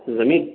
غنی